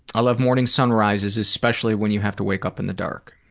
i love morning sunrises, especially when you have to wake up in the dark.